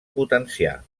potenciar